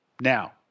Now